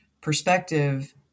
perspective